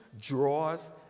draws